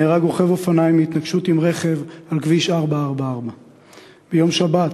נהרג רוכב אופניים מהתנגשות עם רכב על כביש 444. ביום שבת,